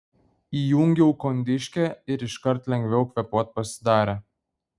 įjungiau kondiškę ir iškart lengviau kvėpuot pasidarė